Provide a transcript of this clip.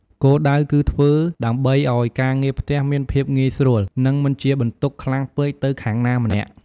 គោលដៅ គឺធ្វើដើម្បីឱ្យការងារផ្ទះមានភាពងាយស្រួល និងមិនជាបន្ទុកខ្លាំងពេកទៅខាងណាម្នាក់។